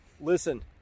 listen